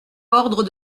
ordre